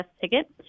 ticket